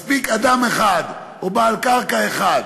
מספיק אדם אחד או בעל קרקע אחד